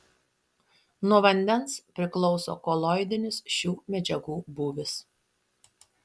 nuo vandens priklauso koloidinis šių medžiagų būvis